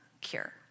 cure